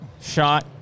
shot